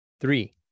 Three